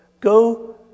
Go